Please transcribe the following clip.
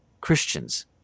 Christians